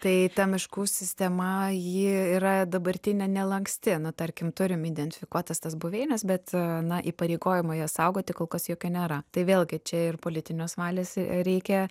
tai ta miškų sistema ji yra dabartinė nelanksti nu tarkim turim identifikuotas tas buveines bet na įpareigojimo jas saugoti kol kas jokio nėra tai vėlgi čia ir politinės valios reikia